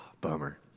Bummer